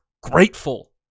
grateful